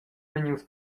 vegnius